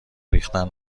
ریختن